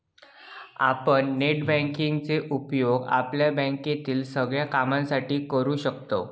आपण net banking चो उपयोग आपल्या बँकेतील सगळ्या कामांसाठी करू शकतव